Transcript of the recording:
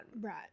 right